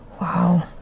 Wow